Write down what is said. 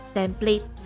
template